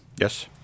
Yes